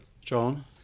John